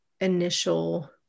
initial